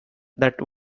that